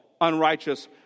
unrighteous